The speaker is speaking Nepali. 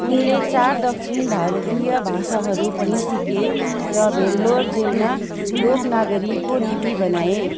उनले चार दक्षिण भारतीय भाषाहरू पनि सिके र भेल्लोर जेलमा लोक नगरीको लिपि बनाए